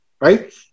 right